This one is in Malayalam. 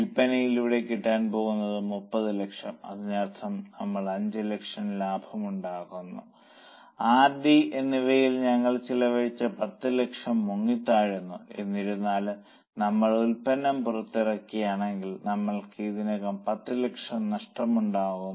വിൽപനയിലൂടെ കിട്ടാൻ പോകുന്നത് 30 ലക്ഷം അതിനർത്ഥം നമ്മൾ 5 ലക്ഷം ലാഭം ഉണ്ടാക്കുന്നു ആർ ഡി R D എന്നിവയിൽ ഞങ്ങൾ ചെലവഴിച്ച 10 ലക്ഷം മുങ്ങിത്താഴുന്നു എന്നിരുന്നാലും നമ്മൾ ഉൽപ്പന്നം പുറത്തിറക്കിയില്ലെങ്കിൽ നമ്മൾക്ക് ഇതിനകം 10 ലക്ഷം നഷ്ടമുണ്ടാകുന്നു